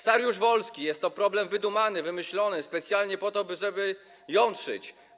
Saryusz-Wolski: jest to problem wydumany, wymyślony, specjalnie po to, żeby jątrzyć.